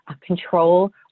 control